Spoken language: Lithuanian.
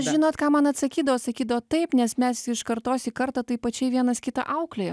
žinot ką man atsakydavo sakydavo taip nes mes iš kartos į kartą taip pačiai vienas kitą auklėjam